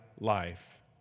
life